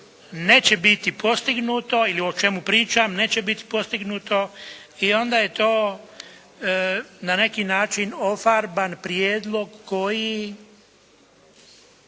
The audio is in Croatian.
neće biti postignuto ili o čemu pričamo neće biti postignuto i onda je to na neki način ofarban prijedlog koji